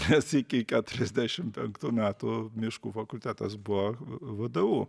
nes iki keturiasdešim penktų metų miškų fakultetas buvo vdu